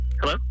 Hello